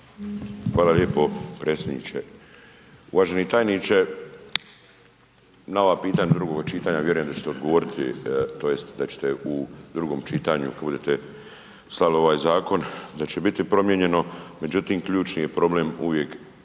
Hvala lijepo predsjedniče. Uvaženi tajniče na ova pitanja drugog čitanja vjerujem da ćete odgovoriti tj. da ćete u drugom čitanju kad budete slali ovaj zakon da će biti promijenjeno, međutim ključni je problem uvijek